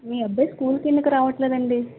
మీ అబ్బాయి స్కూల్ కి ఎందుకు రావట్లేదు అండి